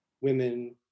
women